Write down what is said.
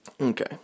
Okay